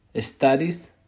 studies